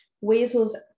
weasels